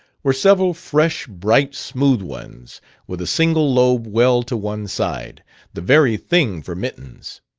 were several fresh bright, smooth ones with a single lobe well to one side the very thing for mittens.